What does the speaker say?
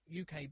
uk